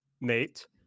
Nate